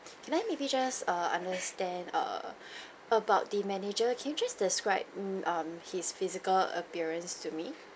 can I maybe just err understand err about the manager can you just describe mm um his physical appearance to me